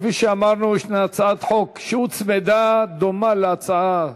כפי שאמרנו, יש הצעת חוק שהוצמדה, דומה להצעה: